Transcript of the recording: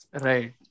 right